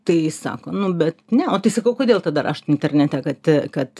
tai sako nu bet ne o tai sakau kodėl tada rašot internete kad kad